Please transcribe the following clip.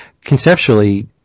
conceptually